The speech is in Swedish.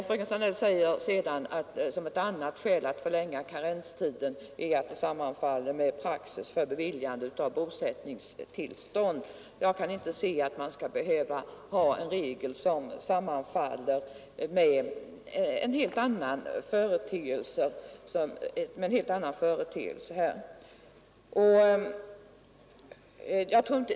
Som ett annat skäl för att förlänga karenstiden anför fröken Sandell att regeln skulle sammanfalla med praxis för beviljande av bosättnings tillstånd. Jag kan inte se att man skall behöva ha en regel som sammanfaller med en helt annan företeelse.